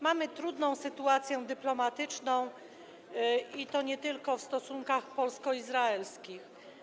Mamy trudną sytuację dyplomatyczną, i to nie tylko w stosunkach polsko-izraelskich.